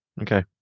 Okay